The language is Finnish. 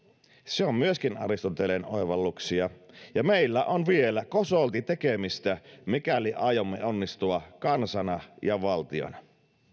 se on myöskin aristoteleen oivalluksia ja meillä on vielä kosolti tekemistä mikäli aiomme onnistua kansana ja valtiona